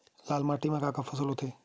लाल माटी म का का फसल होथे?